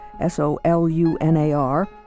S-O-L-U-N-A-R